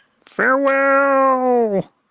Farewell